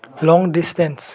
long distance